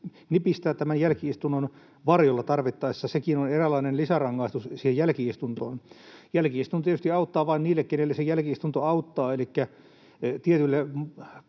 nipistää tämän jälki-istunnon varjolla tarvittaessa. Sekin on eräänlainen lisärangaistus siihen jälki-istuntoon. Jälki-istunto tietysti auttaa vain niitä, keitä se jälki-istunto auttaa,